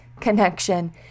connection